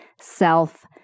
self